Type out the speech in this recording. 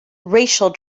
racial